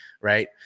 right